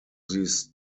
these